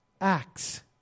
acts